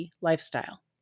lifestyle